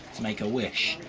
to make a wish,